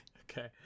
Okay